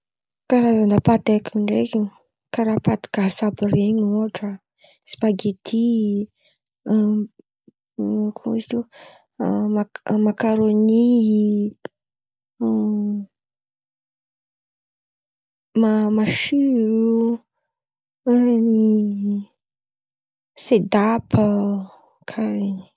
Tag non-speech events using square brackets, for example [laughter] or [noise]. Karazan̈a paty haiko ndraiky karà paty gasy iren̈y ôhatra: spagety [hesitation] ino koa zin̈y, [hesitation] makarôny, [hesitation] masiro, sedapy.